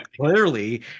clearly